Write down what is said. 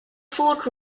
forth